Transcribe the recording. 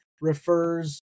refers